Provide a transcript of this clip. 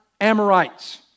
Amorites